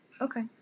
Okay